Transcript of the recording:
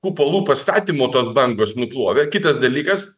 kupolų pastatymų tos bangos nuplovė kitas dalykas